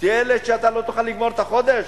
תהיה ילד שלא יוכל לגמור את החודש?